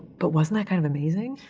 but wasn't that kind of amazing?